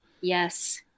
Yes